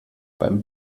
beim